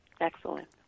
Excellent